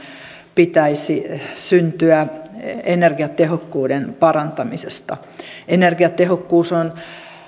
pitäisi syntyä energiatehokkuuden parantamisesta energiatehokkuus on